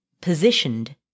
positioned